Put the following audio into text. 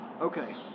Okay